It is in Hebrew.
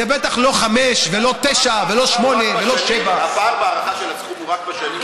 זה בטח לא 5 ולא 9 ולא 8 ולא 7. הפער בהערכה של הסכום זה רק השנים?